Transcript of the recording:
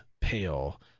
pale